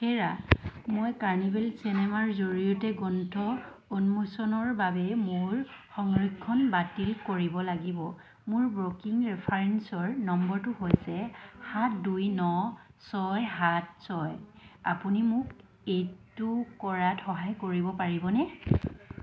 হেৰা মই কাৰ্নিভেল চিনেমাৰ জৰিয়তে গ্ৰন্থ উন্মোচনৰ বাবে মোৰ সংৰক্ষণ বাতিল কৰিব লাগিব মোৰ বুকিং ৰেফাৰেন্স নম্বৰটো হৈছে সাত দুই ন ছয় সাত ছয় আপুনি মোক এইটো কৰাত সহায় কৰিব পাৰিবনে